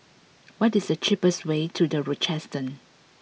what is the cheapest way to The Rochester